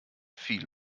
viel